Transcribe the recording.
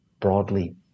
broadly